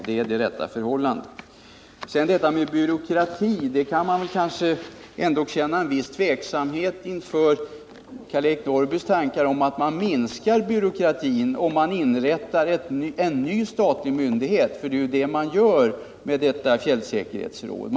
Det är det rätta förhållandet. När det gäller detta med byråkrati kan man ändå känna viss tveksamhet inför Karl-Eric Norrbys tankar om att vi minskar byråkratin ifall vi inrättar en ny statlig myndighet. Det är ju det man gör genom detta fjällsäkerhetsråd.